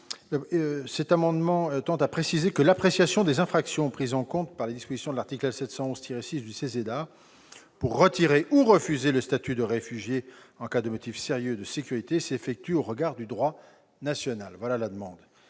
amendement tend à préciser que l'appréciation des infractions prises en compte par les dispositions de l'article L. 711-6 du CESEDA pour retirer ou refuser le statut de réfugié en cas de motifs sérieux de sécurité s'effectue au regard du droit national. Sachez que